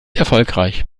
erfolgreich